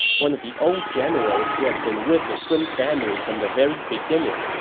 one of the old generals who had been with the sun family from the very beginning,